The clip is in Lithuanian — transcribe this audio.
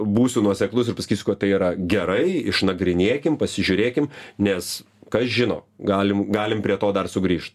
būsiu nuoseklus ir pasakysiu kad tai yra gerai išnagrinėkim pasižiūrėkim nes kas žino galim galim prie to dar sugrįžt